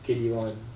K_D_A one